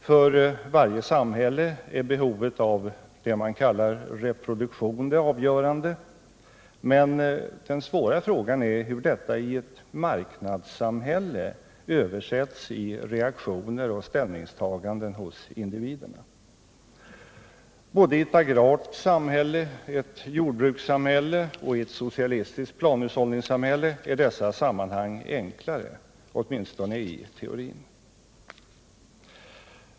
För varje samhälle är behovet av det man kallar reproduktion det avgörande. Men den svåra frågan är hur detta i ett marknadssamhälle översätts i reaktioner och ställningstaganden hos individerna. Både i ett agrart samhälle — ett jordbrukssamhälle — och i ett socialistiskt planhushållningssamhälle är dessa sammanhang enklare, åtminstone i teorin.